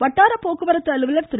வட்டார போக்குவரத்து அலுவலர் திரு